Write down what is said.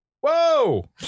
Whoa